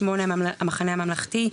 8 "המחנה הממלכתי",